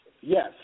Yes